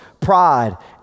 pride